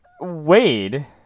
Wade